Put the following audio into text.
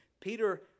Peter